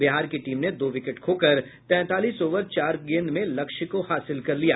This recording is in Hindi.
बिहार की टीम ने दो विकेट खोकर तैंतालीस ओवर चार गेंद में लक्ष्य को हासिल कर लिया